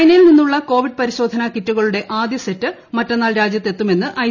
ചൈനയിൽ നിന്നുള്ള കോവിഡ്ട് പരിശോധനാ കിറ്റുകളുടെ ആദ്യസെറ്റ് മറ്റന്നാൾ രാജ്യത്ത് എത്തുമെന്ന് ഐ